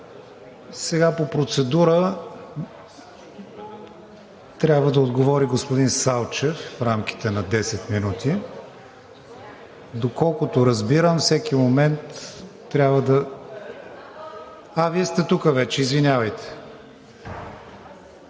Сега по процедура трябва да отговори господин Салчев в рамките на 10 минути. Доколкото разбирам, всеки момент трябва да… (Петко Салчев съобщава,